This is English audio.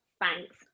Thanks